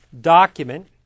document